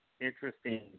interesting